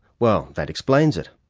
well, that explains it.